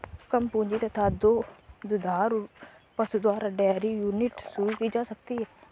कम पूंजी तथा दो दुधारू पशु द्वारा डेयरी यूनिट शुरू की जा सकती है